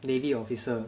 navy officer